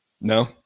No